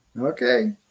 Okay